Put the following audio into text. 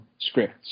scripts